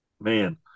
man